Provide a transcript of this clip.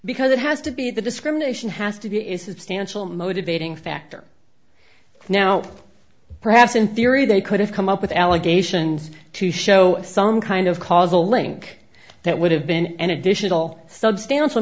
because it has to be the discrimination has to be a substantial motivating factor now perhaps in theory they could have come up with allegations to show some kind of causal link that would have been an additional substantial